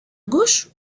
gauche